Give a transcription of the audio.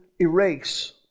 erase